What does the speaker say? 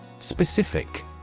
Specific